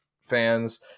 fans